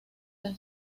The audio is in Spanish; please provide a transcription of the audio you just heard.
las